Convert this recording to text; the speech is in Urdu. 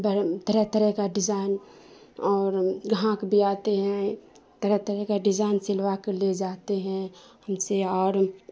طرح طرح کا ڈیزائن اور گاہک بھی آتے ہیں طرح طرح کا ڈیزائن سلوا کر لے جاتے ہیں ہم سے اور